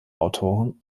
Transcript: autoren